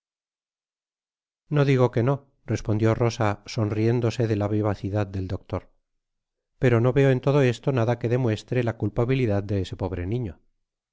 no digo quemo respondió rosa sonriéndose de la vivacidad del doctor pero no veo en todo esto nada que demuestre la culpabilidad de ese pobre niño